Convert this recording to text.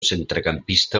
centrecampista